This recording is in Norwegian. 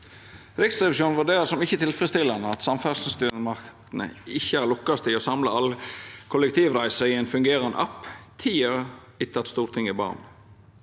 Riksrevisjonen vurderer det som ikkje tilfredsstillande at samferdselsstyresmaktene ikkje har lukkast i å samla alle kollektivreiser i ein fungerande app ti år etter at Stortinget bad